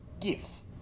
gifts